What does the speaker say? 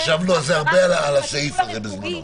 נכון, ישבנו הרבה על הסעיף הזה בזמנו.